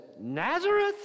Nazareth